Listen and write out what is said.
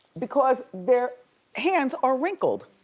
because their hands are wrinkled.